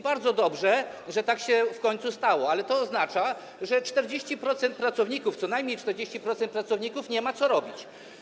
Bardzo dobrze, że tak się w końcu stało, ale to oznacza, że 40% pracowników - co najmniej 40% pracowników - nie ma co robić.